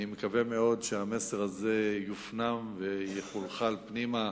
אני מקווה מאוד שהמסר הזה יופנם ויחלחל פנימה,